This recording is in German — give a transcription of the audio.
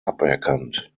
aberkannt